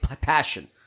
passion